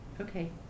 Okay